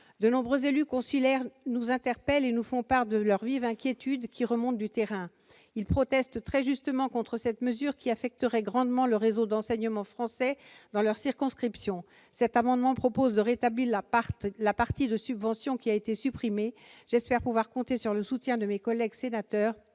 De nombreux élus consulaires nous interpellent et nous font part de la vive inquiétude qui remonte du terrain. Ils protestent très justement contre cette mesure qui affecterait grandement le réseau d'enseignement français dans leurs circonscriptions. Cet amendement vise à rétablir la part des subventions qui a été supprimée. J'espère pouvoir compter sur le soutien de mes collègues sénateurs